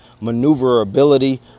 maneuverability